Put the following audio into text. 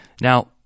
Now